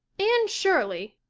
anne shirley,